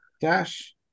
Dash